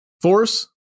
force